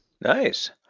Nice